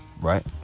Right